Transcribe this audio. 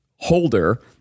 holder